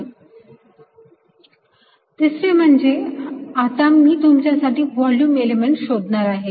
dsdydzx dsdxdzy dsdxdyz तिसरे म्हणजे आता मी तुमच्यासाठी व्हॉल्युम इलेमेंट शोधणार आहे